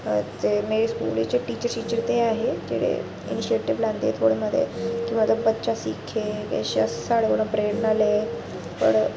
ते मेरे स्कूल च टीचर छीचर ते ऐ हे जेह्ड़े इनशेटिव लैंदे थोह्ड़े मते ते मतलब बच्चा सिक्खे किश साढ़े कोला प्रेरणा लै पर